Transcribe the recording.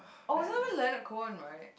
oh is not even feathered cone right